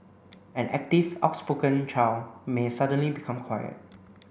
an active outspoken child may suddenly become quiet